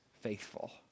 faithful